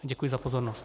Děkuji za pozornost.